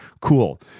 Cool